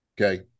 okay